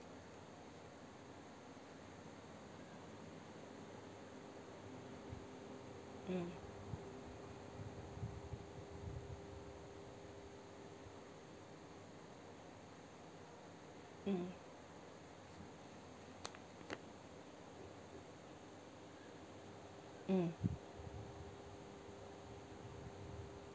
mm mm mm